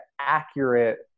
accurate